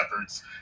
efforts